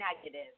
negative